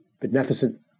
beneficent